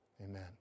Amen